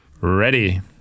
Ready